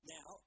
Now